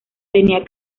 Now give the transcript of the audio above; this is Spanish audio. tenía